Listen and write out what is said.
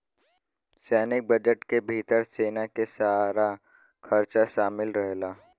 सैनिक बजट के भितर सेना के सारा खरचा शामिल रहेला